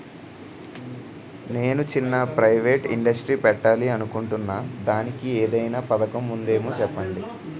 నేను చిన్న private industry పెట్టాలి అనుకుంటున్నా దానికి ఏదైనా పథకం ఉందేమో చెప్పండి?